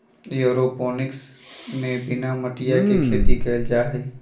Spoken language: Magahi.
एयरोपोनिक्स में बिना मटिया के खेती कइल जाहई